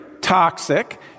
toxic